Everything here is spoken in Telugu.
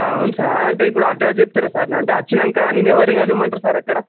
అవును సార్ అంటే ఇప్పుడు అడ్రస్ చెప్తారు గదా సర్ అంటే వచ్చినాక నేను ఎవరిని కలవమంటారు సార్ అక్కడ